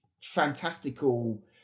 fantastical